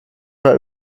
war